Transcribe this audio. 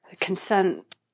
consent